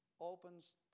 opens